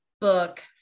book